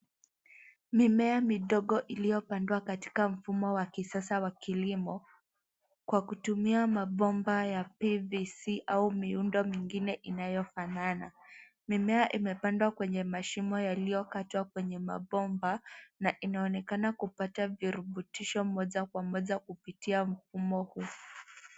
Mimea midogo iliyopandwa katika mfumo wa kisasa wa kilimo, kwa kutumia mabomba ya PVC au miundo mingine inayofanana. Mimea imepandwa kwenye mashimo yaliyokatwa kwenye mabomba, na inaonekana kupata virutubisho moja kwa moja kupitia mfumo huu.